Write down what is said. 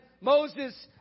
Moses